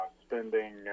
spending